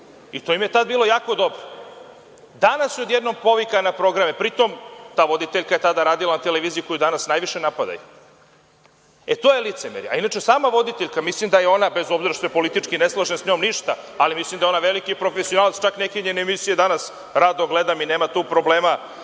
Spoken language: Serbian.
To im je tad bilo jako dobro. Danas odjednom povika na programe. Pri tom, ta voditeljka je tada radila na televiziji koju danas najviše napadaju. E, to je licemerje. Inače, sama voditeljka, mislim da je ona, bez obzira što se politički ne slažem sa njom ništa, ali mislim da je ona veliki profesionalac. Čak neke njene emisije danas rado gledam i nema tu problema